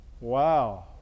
wow